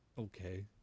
okay